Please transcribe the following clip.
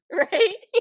right